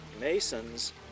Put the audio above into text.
masons